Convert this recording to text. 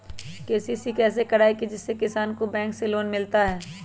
KCC कैसे कराये जिसमे किसान को बैंक से लोन मिलता है?